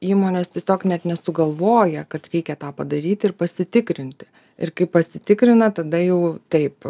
įmonės tiesiog net nesugalvoja kad reikia tą padaryti ir pasitikrinti ir kai pasitikrina tada jau taip